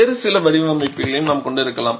வேறு சில வடிவமைப்புகளையும் நாம் கொண்டிருக்கலாம்